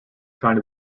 kind